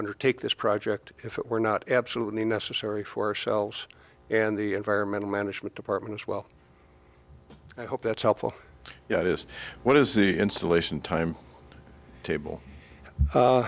undertake this project if it were not absolutely necessary for ourselves and the environmental management department as well i hope that's helpful it is what is the installation time table